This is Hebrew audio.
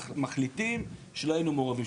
מחליטים שהם לא מעורבים.